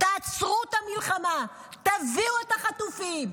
תעצרו את המלחמה, תביאו את החטופים.